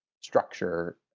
structure